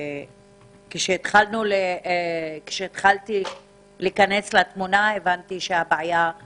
כשהתחלתי להיכנס לתמונה, הבנתי שהבעיה היא